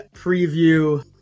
preview